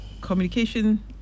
communication